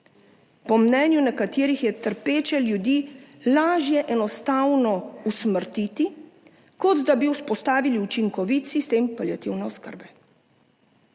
Po mnenju nekaterih je trpeče ljudi lažje enostavno usmrtiti, kot da bi vzpostavili učinkovit sistem paliativne oskrbe.